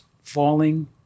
falling